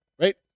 right